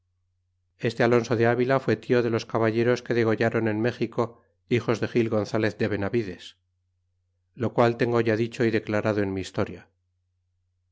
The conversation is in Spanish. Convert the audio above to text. este alonso de avila fué tio de los caballeros que degolláron en méxico hijos de gil gonzalez de benavides lo qual tengo ya dicho y declarado en mi historia